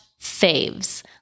faves